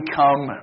come